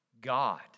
God